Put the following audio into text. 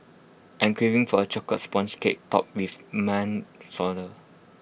I am craving for A Chocolate Sponge Cake Topped with